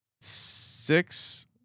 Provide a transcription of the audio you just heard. Six